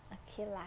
okay lah